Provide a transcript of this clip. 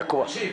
תקשיב,